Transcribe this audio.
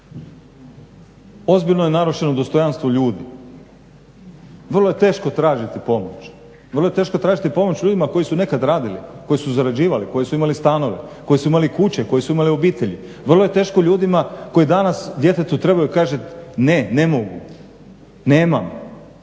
ozbiljno je narušeno dostojanstvo ljudi. Vrlo je teško tražiti pomoć, vrlo je teško tražiti pomoć ljudima koji su nekad radili, koji su zarađivali, koji su imali stanove, koji su imali kuće, koji su imali obitelji. Vrlo je teško ljudima koji danas djetetu trebaju, kaže ne, ne mogu, nemam,